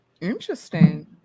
interesting